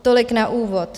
Tolik na úvod.